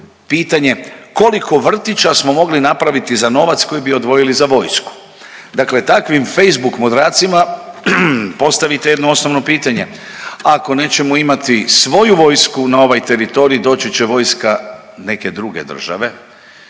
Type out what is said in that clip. pitanje koliko vrtića smo mogli napraviti za novac koji bi odvojili za vojsku. Dakle, takvim facebook mudracima postavite jedno osnovno pitanje, ako nećemo imati svoju vojsku na ovaj teritorij doći će vojska neke druge države,